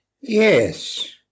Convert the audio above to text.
Yes